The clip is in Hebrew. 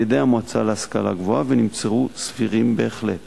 על-ידי המועצה להשכלה גבוהה ונמצאו סבירים בהחלט.